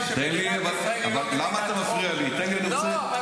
שמדינת ישראל היא לא מדינת חוק --- תן לי,